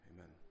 Amen